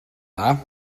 dda